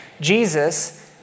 Jesus